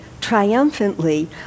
triumphantly